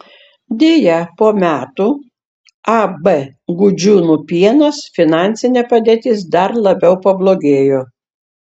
deja po metų ab gudžiūnų pienas finansinė padėtis dar labiau pablogėjo